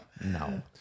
no